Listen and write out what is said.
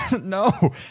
No